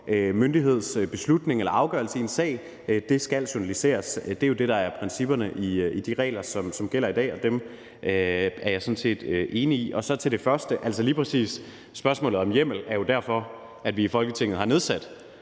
myndighedsbeslutning eller -afgørelse i en sag, skal journaliseres. Det er jo det, der er principperne i de regler, som gælder i dag, og dem er jeg sådan set enig i. Så til det første: Lige præcis spørgsmålet om hjemmel er jo derfor, at vi i Folketinget har nedsat